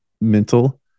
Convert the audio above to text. mental